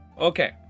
Okay